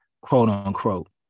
quote-unquote